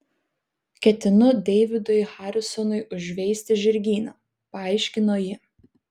ketinu deividui harisonui užveisti žirgyną paaiškino ji